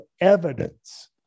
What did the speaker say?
evidence